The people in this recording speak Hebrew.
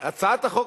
והצעת החוק,